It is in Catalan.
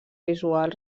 visual